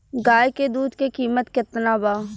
गाय के दूध के कीमत केतना बा?